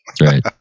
Right